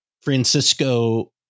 francisco